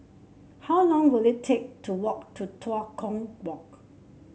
how long will it take to walk to Tua Kong Walk